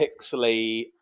pixely